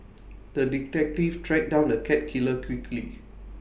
the detective track down the cat killer quickly